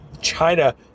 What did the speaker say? China